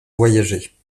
voyager